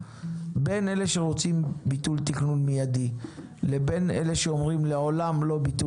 בין אלה שרוצים ביטול תכנון מיידי לבין אלה שאומרים לעולם לא ביטול